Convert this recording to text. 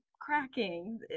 cracking